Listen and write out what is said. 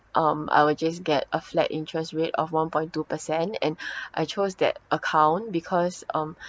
um I will just get a flat interest rate of one point two percent and I chose that account because um